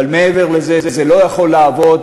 אבל מעבר לזה זה לא יכול לעבוד